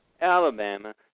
Alabama